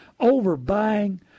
overbuying